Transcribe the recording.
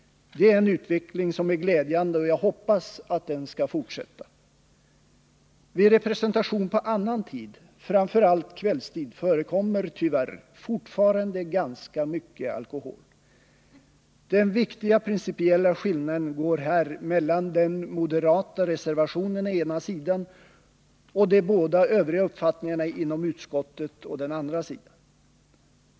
Det är en utveckling som är glädjande, och jag hoppas att den skall fortsätta. Vid representation på annan tid, framför allt kvällstid, förekommer tyvärr fortfarande ganska mycket alkohol. Den viktiga principiella skillnaden går här mellan den moderata reservationen å ena sidan och de båda övriga uppfattningarna inom utskottet å den andra.